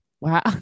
Wow